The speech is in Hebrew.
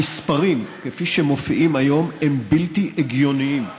המספרים כפי שמופיעים היום הם בלתי הגיוניים.